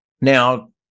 Now